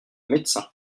médecin